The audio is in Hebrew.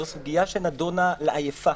זו סוגיה שנדונה לעייפה